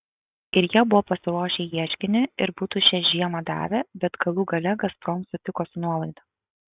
ir jie buvo pasiruošę ieškinį ir būtų šią žiemą davę bet galų gale gazprom sutiko su nuolaida